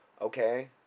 okay